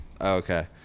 Okay